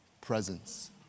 presence